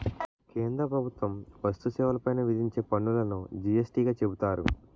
కేంద్ర ప్రభుత్వం వస్తు సేవల పైన విధించే పన్నులును జి యస్ టీ గా చెబుతారు